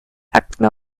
akten